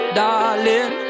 darling